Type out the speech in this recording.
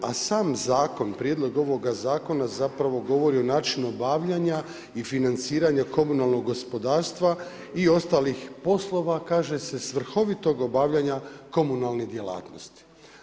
A sam zakon, prijedlog ovoga zakona, zapravo govori o načinu obavljanja i financiranja komunalnog gospodarstva i ostalih poslova, kaže se s vrhovitog obavljanja komunalnih djelatnosti.